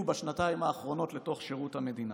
בשנתיים האחרונות לתוך שירות המדינה.